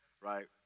right